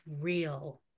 real